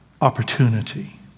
opportunity